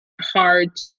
hard